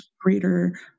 greater